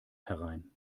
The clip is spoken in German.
herein